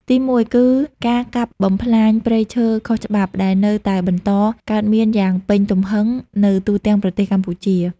ទីមួយគឺ ការកាប់បំផ្លាញព្រៃឈើខុសច្បាប់ ដែលនៅតែបន្តកើតមានយ៉ាងពេញទំហឹងនៅទូទាំងប្រទេសកម្ពុជា។